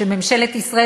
שממשלת ישראל,